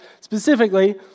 specifically